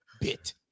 bit